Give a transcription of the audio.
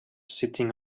sitting